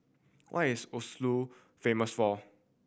what is Oslo famous for